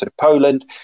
Poland